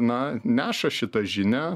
na neša šitą žinią